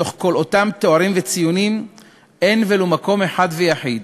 מתוך כל אתם תארים וציונים אין ולו מקום אחד ויחיד